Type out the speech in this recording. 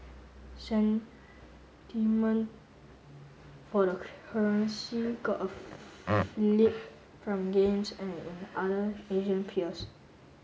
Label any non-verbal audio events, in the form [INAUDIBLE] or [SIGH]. sentiment for the currency got a [UNINTELLIGIBLE] fillip from gains an in other Asian peers